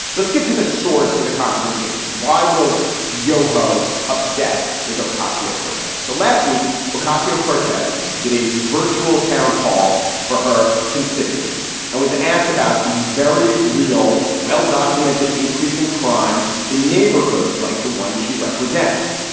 let's get to the source of the confrontation. why was yoho upset with ocasio cortez? so last week, cosio cortez did a virtual town hall for her constituents and was asked about the very real, well-documented increasing crime in neighborhoods like the one she represents.